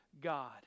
God